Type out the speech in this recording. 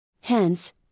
Hence